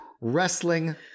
wrestling